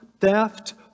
theft